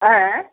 आयैं